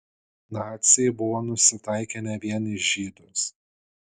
naciai buvo nusitaikę ne vien į žydus